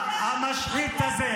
--- הארץ הזאת,